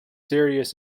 serious